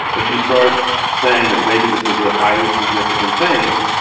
if you start saying that maybe this is a highly significant thing,